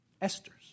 Esther's